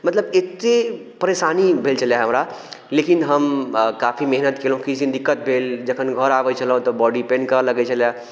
मतलब एते परेशानी भेल छलए हमरा लेकिन हम काफी मेहनत केलौहुॅं किछु दिन दिक्कत भेल जखन घर आबै छलहुॅं तऽ बॉडी पैन करऽ लगै छलए